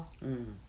mm